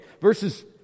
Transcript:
verses